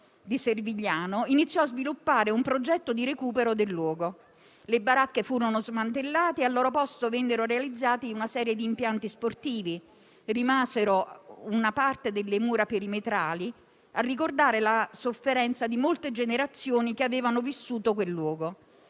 di Servigliano iniziò a sviluppare un progetto di recupero del luogo: le baracche furono smantellate e al loro posto vennero realizzati una serie di impianti sportivi; rimase una parte delle mura perimetrali a ricordare la sofferenza di molte generazioni che vi avevano vissuto. Così